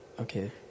okay